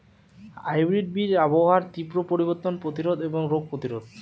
hybrid বীজ আবহাওয়ার তীব্র পরিবর্তন প্রতিরোধী এবং রোগ প্রতিরোধী